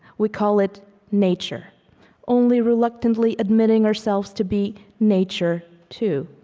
we call it nature only reluctantly admitting ourselves to be nature too.